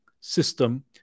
system